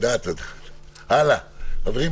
ניצן